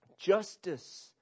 justice